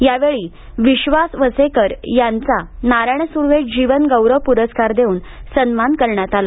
या वेळी विश्वास वसेकर यांचा नारायण सुर्वे जीवन गौरव पुरस्कार देऊन सन्मान करण्यात आला